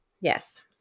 Yes